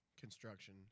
construction